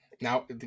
now